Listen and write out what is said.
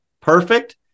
perfect